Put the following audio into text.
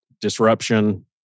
disruption